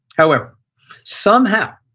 however somehow,